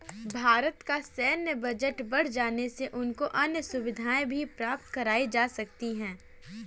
भारत का सैन्य बजट बढ़ जाने से उनको अन्य सुविधाएं भी प्राप्त कराई जा सकती हैं